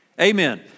amen